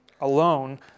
alone